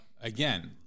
again